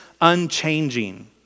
unchanging